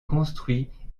construit